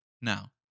Now